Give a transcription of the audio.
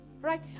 right